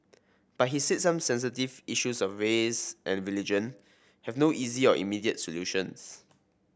but he said some sensitive issues of race and religion have no easy or immediate solutions